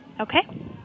Okay